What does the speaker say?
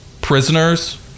prisoners